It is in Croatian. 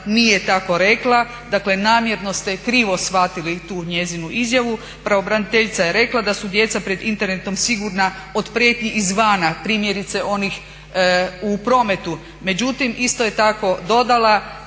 nije tako rekla. Dakle namjerno ste krivo shvatili tu njezinu izjavu. Pravobraniteljica je rekla da su djeca pred internetom sigurna od prijetnji iz vana, primjerice onih u prometu, međutim isto je tako dodala